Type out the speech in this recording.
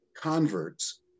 converts